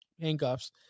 handcuffs